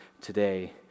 today